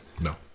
No